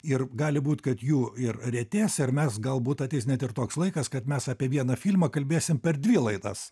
ir gali būt kad jų ir retės ar mes galbūt ateis net ir toks laikas kad mes apie vieną filmą kalbėsim per dvi laidas